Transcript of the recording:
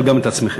אבל גם את עצמכם.